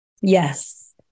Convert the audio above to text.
Yes